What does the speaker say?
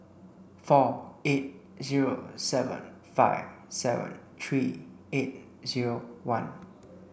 four eight zero seven five seven three eight zero one